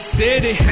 city